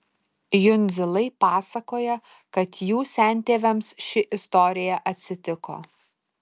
jundzilai pasakoja kad jų sentėviams ši istorija atsitiko